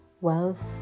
wealth